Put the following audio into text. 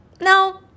no